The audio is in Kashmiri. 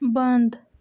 بنٛد